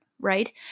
right